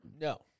No